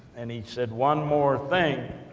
and he said, one more thing.